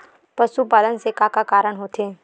पशुपालन से का का कारण होथे?